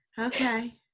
okay